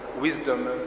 wisdom